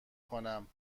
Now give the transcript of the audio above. کنم